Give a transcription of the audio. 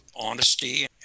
honesty